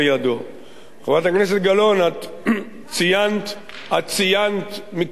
חברת הכנסת גלאון, את ציינת מקרים אפשריים,